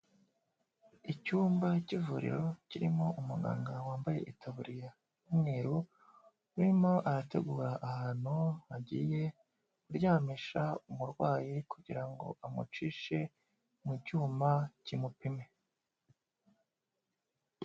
Icyumba cy'ivuriro kirimo umuganga wambaye itaburiya y'umweru urimo arategura ahantu agiye kuryamisha umurwayi kugira ngo amucishe mu cyuma kimupime.